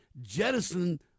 jettison